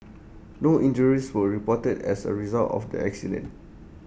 no injuries were reported as A result of the accident